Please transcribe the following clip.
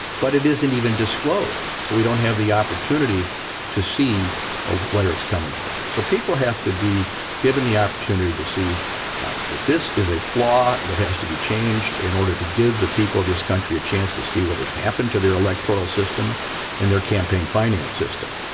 but it isn't even disclosed. so we don't have the opportunity to see ah where it's coming from. so people have to be given the opportunity to see that this is a flaw that has to be changed in order to give the people of this country a chance to see what has happened to their electoral system and their campaign finance system.